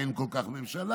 אין כל כך ממשלה,